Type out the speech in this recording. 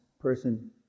person